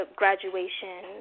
graduation